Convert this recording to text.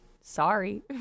sorry